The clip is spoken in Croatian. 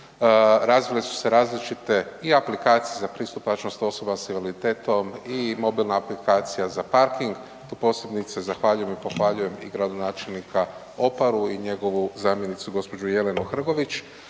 Razvile su se različite i aplikacije za pristupačnost osoba s invaliditetom i mobilna aplikacija za parking, tu posebice zahvaljujem i pohvaljujem i gradonačelnika Oparu i njegovu zamjenicu gđu. Jelenu Hrgović,